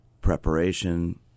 preparation